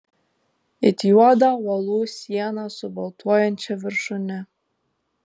it juodą uolų sieną su baltuojančia viršūne